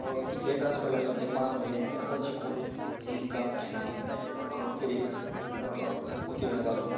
कितले त्रास पडल्यार सुद्दां एक पांच म्हयने सतत शिकून ती एग्जाम फायनली अखेरेक उतीर्ण जालो